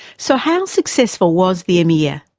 so how successful was the emir?